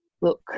look